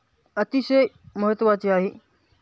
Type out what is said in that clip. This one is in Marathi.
अतिशय महत्त्वाचे आहे